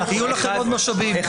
ויהיו לכם עוד משאבים.